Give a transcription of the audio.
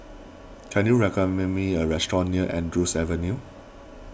can you recommend me a restaurant near Andrews Avenue